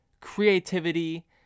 creativity